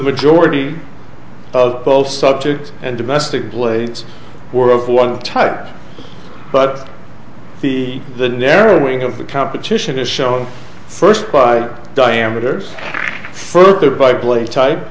majority of both subjects and domestic plays were of one type but the the narrowing of the competition is shown first by diameters further by plane type